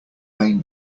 main